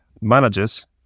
managers